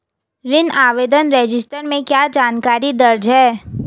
ऋण आवेदन रजिस्टर में क्या जानकारी दर्ज है?